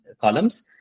columns